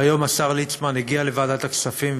היום השר ליצמן הגיע לוועדת הכספים,